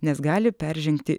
nes gali peržengti